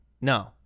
No